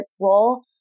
role